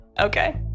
Okay